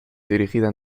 dirigida